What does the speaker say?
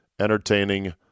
entertaining